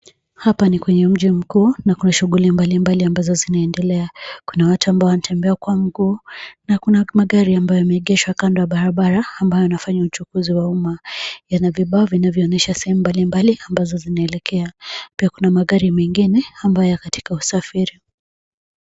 Hapa ni kwenye mji mkuu na kuna shughuli mbalimbali ambazo zinaendelea. Kuna watu ambao wanatembea kwa mguu na kuna magari ambayo yameegeshwa kando ya barabara ambayo inafanya uchukuzi wa umma. Yana vibao vinavyoonyesha sehemu mbalimbali ambazo zinaelekea. Pia kuna magari mengine ambayo yako katika safari.